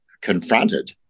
confronted